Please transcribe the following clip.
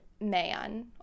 man